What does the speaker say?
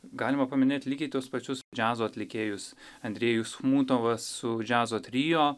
galima paminėt lygiai tuos pačius džiazo atlikėjus andrejus mutovas su džiazo trio